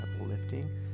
uplifting